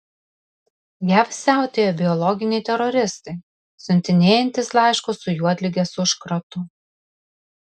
jav siautėja biologiniai teroristai siuntinėjantys laiškus su juodligės užkratu